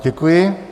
Děkuji.